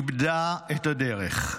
איבדה את הדרך,